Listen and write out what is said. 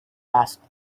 asked